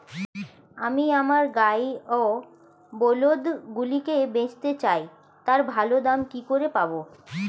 আমি আমার গাই ও বলদগুলিকে বেঁচতে চাই, তার ভালো দাম কি করে পাবো?